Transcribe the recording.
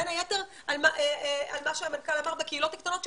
בין היתר על מה שהמנכ"ל אמר בקהילות הקטנות,